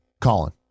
Colin